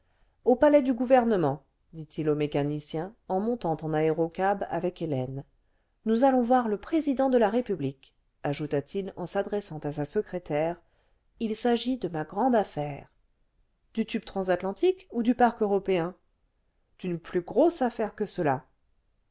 au palais du gouvernement dit-il au mécanicien en montant en aérocab avec hélène nous allons voir le président de la république ajouta-t-il en s'adressant à sa secrétaire il s'agit de ma grande affaire du tube transatlantique ou du parc européen d'une plus grosse affaire que cela